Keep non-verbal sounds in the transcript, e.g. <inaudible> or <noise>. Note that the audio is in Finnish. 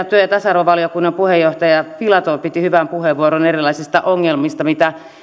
<unintelligible> työ ja tasa arvovaliokunnan puheenjohtaja filatov piti hyvän puheenvuoron erilaisista ongelmista mitä